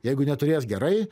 jeigu neturės gerai